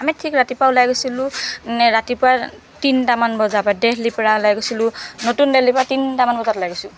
আমি ঠিক ৰাতিপুৱা ওলাই গৈছিলো ৰাতিপুৱা তিনিটামান বজাৰ পা দেলহিৰ পৰা ওলাই গৈছিলো নতুন দেলহিৰ পৰা তিনিটামান বজাত ওলাই গৈছো